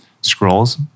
scrolls